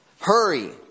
hurry